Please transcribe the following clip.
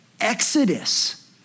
Exodus